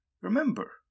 Remember